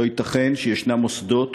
לא ייתכן שיש מוסדות